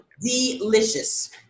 delicious